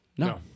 No